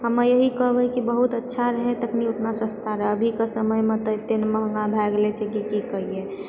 हम यही कहबै कि बहुत अच्छा रहै तखनि उतना सस्ता रहै अभिके समयमे तऽ एते महगा भए गेले छै कि कहिऐ